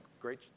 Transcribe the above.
great